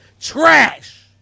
Trash